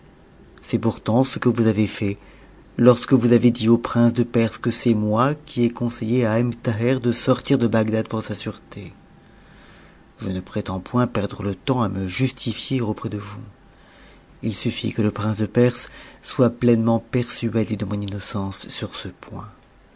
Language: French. c'est pourtant ce que vous avez lait lorsque vous avez dit au prince de perse que c'est moi qui ai conseillé à ebn thaher de sortir de bagdad pour sa sûreté je ne prétends point perdre le temps à me justifier auprès de vous il suffit que le prince de perse soit pleinement persuadé de mon innocence sur ce point